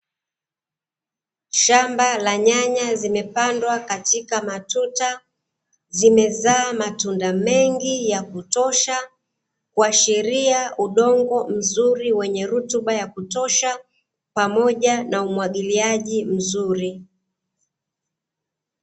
Shamba la nyanya zimepandwa katika matuta, zimezaa matunda mengi yakutosha, kuashiria udongo mzuri, wenye rutuba ya kutosha pamoja na umwagiliaji mzuri.